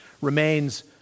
remains